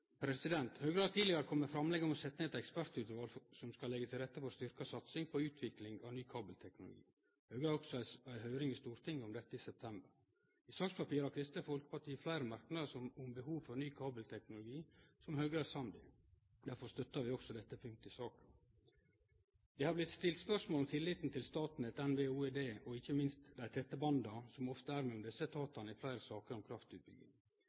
Høgre har tidlegare kome med framlegg om å setje ned eit ekspertutval som skal leggje til rette for styrkt satsing på utvikling av ny kabelteknologi. Høgre hadde også ei høyring i Stortinget om dette i september. I sakspapira har Kristeleg Folkeparti fleire merknader om behovet for ny kabelteknologi som Høgre er samd i. Derfor støttar vi også dette punktet i saka. Det har vore stilt spørsmål om tilliten til Statnett, NVE og OED og ikkje minst om dei tette banda som ofte er mellom desse etatane i fleire saker om kraftutbygging.